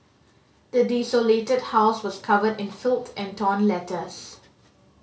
the desolated house was covered in filth and torn letters